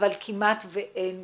אבל כמעט ואין ביצוע.